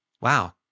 wow